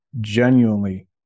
genuinely